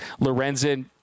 Lorenzen